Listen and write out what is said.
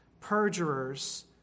perjurers